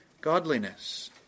godliness